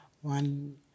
one